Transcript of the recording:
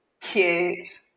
Cute